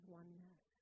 oneness